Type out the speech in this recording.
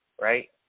right